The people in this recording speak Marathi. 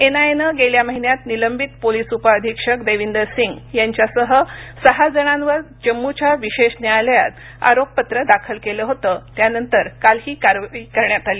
एनआयएनं गेल्या महिन्यात निलंबित पोलीस उपअधीक्षक देविंदर सिंग यांच्यासह सहा जणांवर जम्मूच्या विशेष न्यायालयात आरोपपत्र दाखल केलं होतं त्यानंतर काल ही कारवाई करण्यात आली